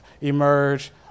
emerge